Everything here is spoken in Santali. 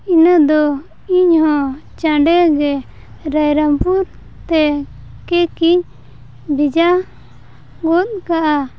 ᱤᱱᱟᱹ ᱫᱚ ᱤᱧᱦᱚᱸ ᱪᱟᱸᱰᱮᱜᱮ ᱨᱟᱭᱨᱚᱝᱯᱩᱨ ᱛᱮ ᱠᱮᱠ ᱤᱧ ᱵᱷᱮᱡᱟ ᱜᱚᱫ ᱠᱟᱜᱼᱟ